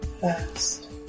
first